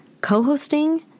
co-hosting